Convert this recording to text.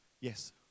Yes